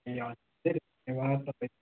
ए हजुर त्यही त तपाईँ